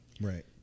Right